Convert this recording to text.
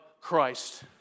Christ